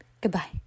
Goodbye